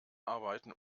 arbeiten